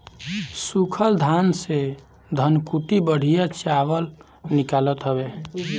सूखल धान से धनकुट्टी बढ़िया चावल निकालत हवे